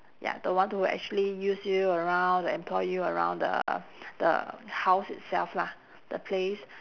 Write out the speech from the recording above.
ya the one t~ who will actually use you around to employ you around the the house itself lah the place